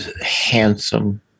handsome